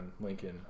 Lincoln